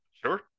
Sure